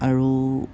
আৰু